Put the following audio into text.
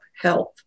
health